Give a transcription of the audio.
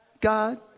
God